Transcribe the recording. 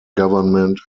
government